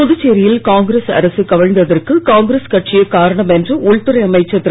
புதுச்சேரியில் காங்கிரஸ் அரசு கவிழ்ந்ததற்கு காங்கிரஸ் கட்சியே காரணம் என்று உள்துறை அமைச்சர் திரு